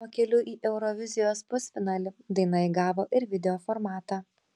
pakeliui į eurovizijos pusfinalį daina įgavo ir video formatą